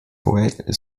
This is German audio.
boel